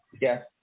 Yes